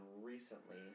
recently